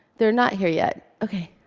they're not here yet, okay.